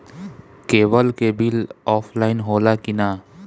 Cable के bill offline होला कि ना?